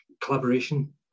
Collaboration